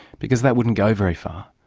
because that wouldn't go very far.